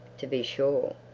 to be sure.